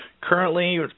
Currently